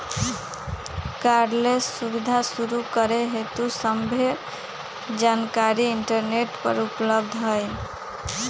cardless सुबीधा शुरू करे हेतु सभ्भे जानकारीया इंटरनेट पर उपलब्ध हई